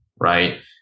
right